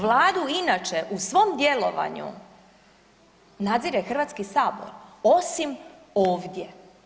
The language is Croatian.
Vladu inače u svom djelovanju nadzire Hrvatski sabor osim ovdje.